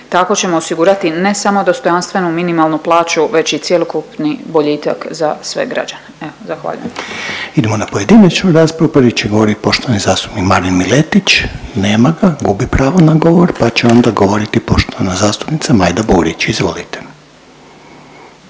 Tako ćemo osigurati ne samo dostojanstvenu minimalnu plaću već i cjelokupni boljitak za sve građane. Evo zahvaljujem. **Reiner, Željko (HDZ)** Idemo na pojedinačnu raspravu. Prvi će govorit poštovani zastupnik Marin Miletić. Nema ga, gubi pravo na govor pa će onda govoriti poštovana zastupnica Majda Burić, izvolite.